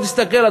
בואו תסתכלו,